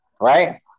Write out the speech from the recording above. right